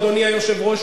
אדוני היושב-ראש,